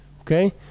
okay